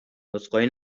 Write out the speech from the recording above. عذرخواهی